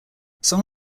some